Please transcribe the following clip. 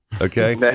okay